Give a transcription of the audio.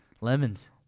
Lemons